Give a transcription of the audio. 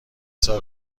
سال